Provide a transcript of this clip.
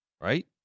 right